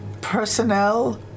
personnel